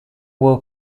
will